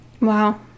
Wow